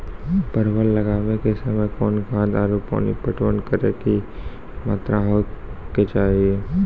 परवल लगाबै के समय कौन खाद आरु पानी पटवन करै के कि मात्रा होय केचाही?